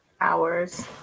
hours